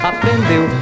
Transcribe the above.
Aprendeu